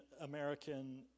American